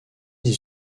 des